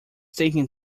taking